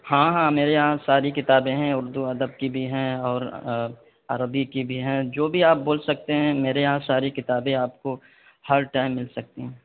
ہاں ہاں میرے یہاں ساری کتابیں ہیں اردو ادب کی بھی ہیں اور عربی کی بھی ہیں جو بھی آپ بول سکتے ہیں میرے یہاں ساری کتابیں آپ کو ہر ٹائم مل سکتی ہیں